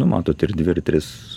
nu matot ir dvi ir tris